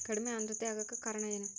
ಕಡಿಮೆ ಆಂದ್ರತೆ ಆಗಕ ಕಾರಣ ಏನು?